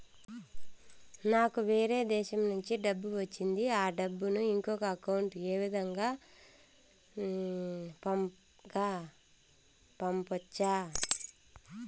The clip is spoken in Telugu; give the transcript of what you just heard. నాకు వేరే దేశము నుంచి డబ్బు వచ్చింది ఆ డబ్బును ఇంకొక అకౌంట్ ఏ విధంగా గ పంపొచ్చా?